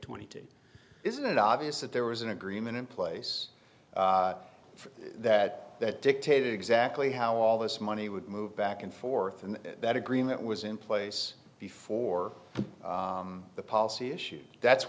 twenty isn't it obvious that there was an agreement in place for that that dictated exactly how all this money would move back and forth and that agreement was in place before the policy issues that's